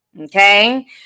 Okay